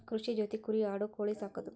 ಕೃಷಿ ಜೊತಿ ಕುರಿ ಆಡು ಕೋಳಿ ಸಾಕುದು